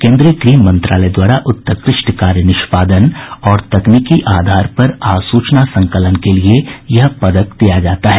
केन्द्रीय गृह मंत्रालय द्वारा उत्कृष्ट कार्य निष्पादन और तकनीकी आधार पर आसूचना संकलन के लिये यह पदक दिया जाता है